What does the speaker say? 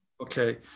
Okay